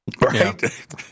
right